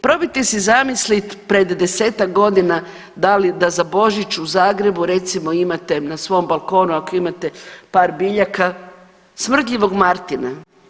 Probajte si zamisliti pred 10-ak godina da li za Božić u Zagrebu recimo imate na svom balkonu ako imate par biljaka smrdljivog martina.